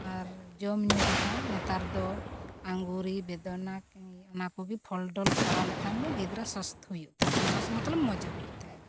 ᱟᱨ ᱡᱚᱢᱼᱧᱩ ᱨᱮᱦᱚᱸ ᱱᱮᱛᱟᱨ ᱫᱚ ᱟᱸᱜᱩᱨᱤ ᱵᱮᱫᱚᱱᱟ ᱚᱱᱟ ᱠᱚᱜᱮ ᱯᱷᱚᱞᱼᱰᱚᱞ ᱠᱷᱟᱣᱟ ᱞᱮᱠᱷᱟᱱ ᱫᱚ ᱜᱤᱫᱽᱨᱟᱹ ᱥᱚᱥᱛᱷ ᱦᱩᱭᱩᱜ ᱛᱟᱦᱮᱱᱟ ᱥᱚᱥᱛᱷ ᱢᱚᱛᱞᱚᱵᱽ ᱢᱚᱡᱽ ᱦᱩᱭᱩᱜ ᱛᱟᱦᱮᱱᱟ